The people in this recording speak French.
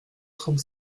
trente